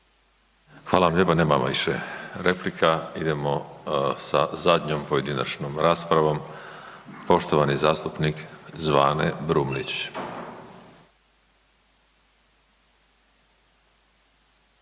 Hvala vam lijepa, nemamo više replika. Idemo sa zadnjom pojedinačnom raspravom, poštovani zastupnik Zvane Brumnić.